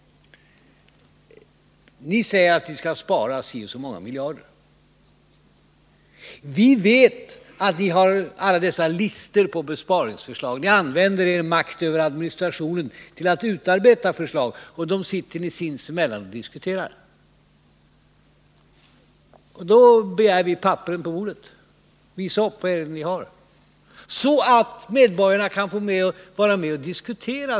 Ni säger att ni skall spara så och så många miljarder. Vi vet att ni har alla dessa listor över besparingsförslag. Ni använder er makt över administrationen till att utarbeta förslag, som ni sedan sinsemellan sitter och diskuterar. Då begär vi papperen på bordet. Visa upp vad ni har, så att medborgarna kan få vara med och diskutera!